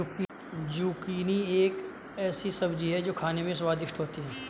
zucchini एक ऐसी सब्जी है जो खाने में स्वादिष्ट होती है